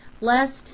lest